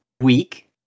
week